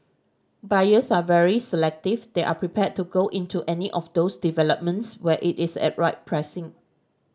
buyers are very selective they are prepared to go into any of those developments where it is at right pricing